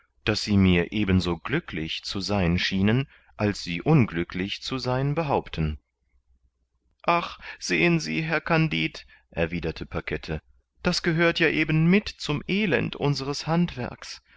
daß sie mir eben so glücklich zu sein schienen als sie unglücklich zu sein behaupten ach sehen sie herr kandid erwiderte pakette das gehört ja eben mit zum elend unseres handwerks